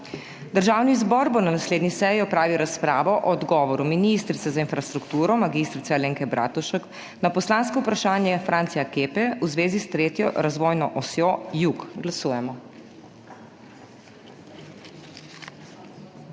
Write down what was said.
Državni zbor bo na naslednji seji opravil razpravo o odgovoru ministrice za infrastrukturo mag. Alenke Bratušek na poslansko vprašanje Francija Kepe v zvezi s tretjo razvojno osjo – jug. Glasujemo.